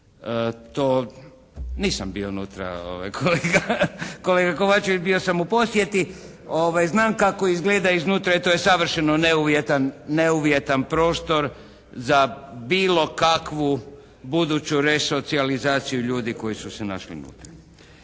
To, nisam bio unutra kolega, kolega Kovačević. Bio sam u posjeti. Znam kako izgleda iznutra i to je savršeno neuvjetan prostor za bilo kakvu buduću resocijalizaciju ljudi koji su se našli unutra.